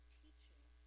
teaching